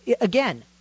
again